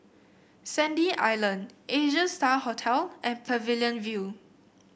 Sandy Island Asia Star Hotel and Pavilion View